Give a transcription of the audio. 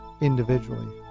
individually